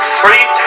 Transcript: free